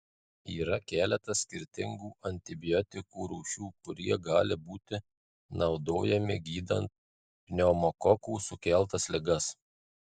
yra keletas skirtingų antibiotikų rūšių kurie gali būti naudojami gydant pneumokokų sukeltas ligas